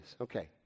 Okay